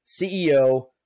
CEO